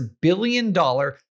billion-dollar